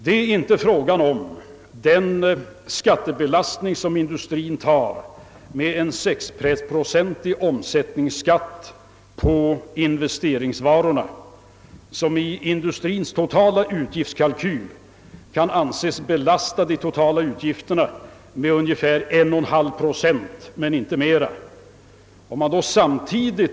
Det är inte frågan om att den skattebelastning, som industrien tar med en sexprocentig omsättningsskatt på investeringsvarorna och som i industriens totala utgiftskalkyl kan anses belasta de totala utgifterna med ungefär 1'!/2 procent men inte mera, är förödande för företagen.